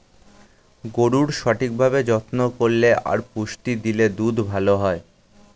গরুর সঠিক ভাবে যত্ন করলে আর পুষ্টি দিলে দুধ ভালো হয়